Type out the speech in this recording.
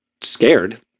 scared